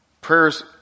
prayers